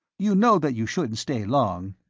you know that you shouldn't stay long.